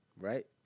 right